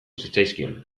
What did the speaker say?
zitzaizkion